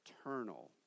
eternal